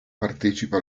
partecipa